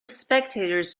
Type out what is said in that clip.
spectators